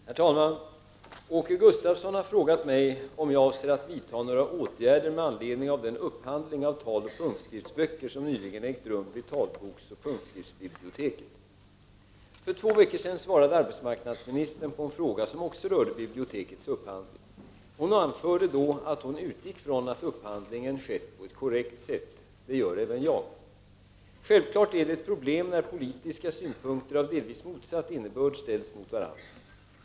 Herr talman! Åke Gustavsson har frågat mig om jag avser att vidta några åtgärder med anledning av den upphandling av taloch punktskriftsböcker som nyligen ägt rum vid talboksoch punktskriftsbiblioteket. För två veckor sedan svarade arbetsmårknadsministern på en fråga som också rörde bibliotekets upphandling. Hon anförde då att hon utgick från att upphandlingen skett på ett korrekt sätt. Det görräven jag. Självfallet är det ett problem när politiska synpunkter av delvis motsatt innebörd ställs mot varandra.